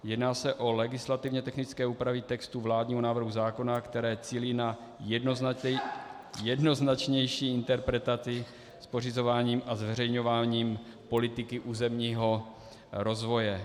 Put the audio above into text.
Jedná se o legislativně technické úpravy textu vládního návrhu zákona, které cílí na jednoznačnější interpretaci s pořizováním a zveřejňováním politiky územního rozvoje.